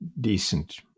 decent